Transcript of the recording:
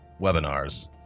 webinars